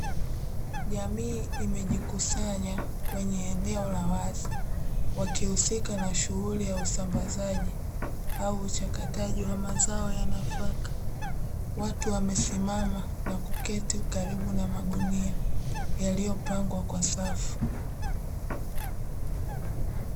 Jamii imejikusanya kwenye eneo la wazi wakihusika na shughuli ya usambazaji au uchakataji wa mazao ya nafaka watu wamesimama nakuketi karibu na magunia yaliyopangwa kwa safu.